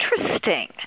interesting